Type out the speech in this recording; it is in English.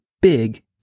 big